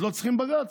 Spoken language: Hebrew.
לא צריכים בג"ץ.